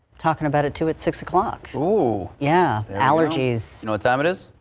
talking about it to at six o'clock. oh yeah allergies, what time it is.